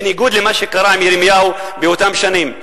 בניגוד למה שקרה לירמיהו באותן שנים,